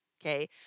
Okay